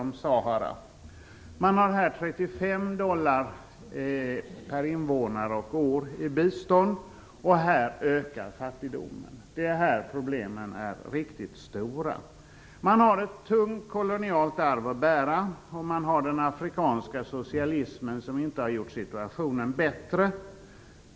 Man har här 35 dollar per invånare och år i bistånd. Här ökar fattigdomen. Det är här problemen är riktigt stora. Man har ett tungt kolonialt arv att bära. Den afrikanska socialismen har inte gjort situationen bättre.